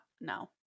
no